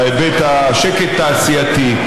בהיבט של שקט תעשייתי.